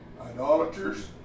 idolaters